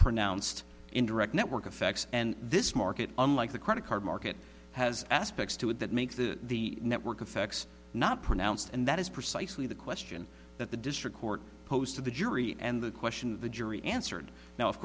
pronounced indirect network effects and this market unlike the credit card market has aspects to it that makes the the network effects not pronounced and that is precisely the question that the district court posed to the jury and the question of the jury answered now of